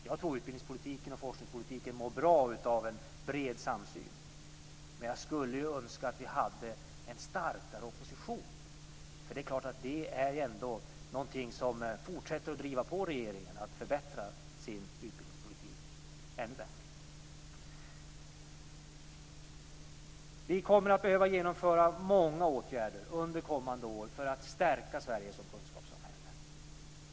Jag tror att utbildningspolitiken och forskningspolitiken mår bra av en bred samsyn, men jag skulle önska att vi hade en starkare opposition. Det är klart att det är någonting som fortsätter att driva på regeringen så att den förbättrar sin utbildningspolitik ännu mer. Vi kommer att behöva genomföra många åtgärder under kommande år för att stärka Sverige som kunskapssamhälle.